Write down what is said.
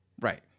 Right